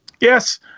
Yes